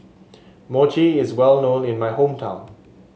mochi is well known in my hometown